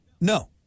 No